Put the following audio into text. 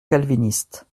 calvinistes